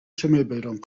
schimmelbildung